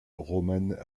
romane